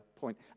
point